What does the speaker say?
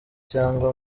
cyangwa